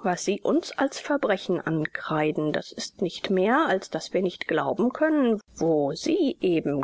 was sie uns als verbrechen ankreiden das ist nicht mehr als daß wir nicht glauben können wo sie eben